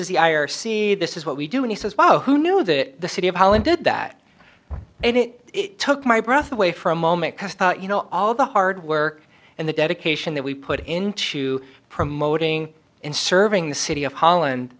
is the i r c this is what we do and he says wow who knew that the city of holland did that and it took my breath away for a moment because you know all the hard work and the dedication that we put into promoting and serving the city of holland